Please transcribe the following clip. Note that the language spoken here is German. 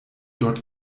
dort